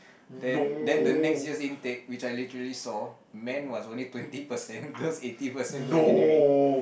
then then the next year's intake which I literally saw men was only twenty percent girls eighty percent go engineering